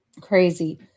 Crazy